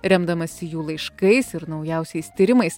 remdamasi jų laiškais ir naujausiais tyrimais